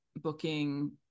booking